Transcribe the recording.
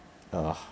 uh